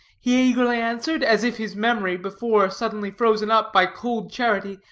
he eagerly answered, as if his memory, before suddenly frozen up by cold charity,